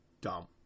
dumb